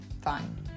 fine